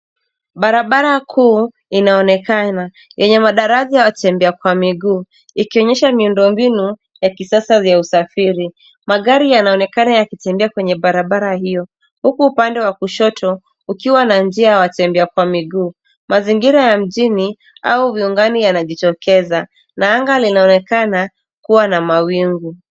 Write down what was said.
Barabara kuu inaonekana yenye madaraja ya watembea kwa miguu ikionyesha miundo mbinu ya kisasa ya usafiri. Magari yanaonekana yakitembea kwenye barabara hiyo huku upande wa kushoto kukiwa na njia ya watembea kwa miguu. Mazingira ya mjini au viungani yanajitokeza. Na anga linaonekana kuwa na mawingu.